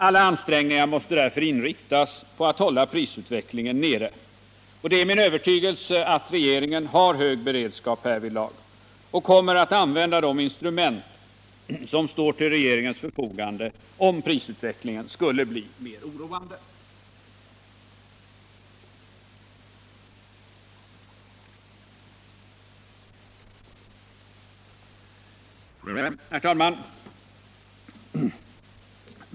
Alla ansträngningar måste därför inriktas på att hålla prisutvecklingen nere, och det är min övertygelse att regeringen har hög beredskap härvidlag och att den kommer att använda de instrument som står till dess förfogande om prisutvecklingen skulle bli mer oroande. Herr talman!